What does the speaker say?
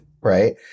right